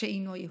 שאינו יהודי,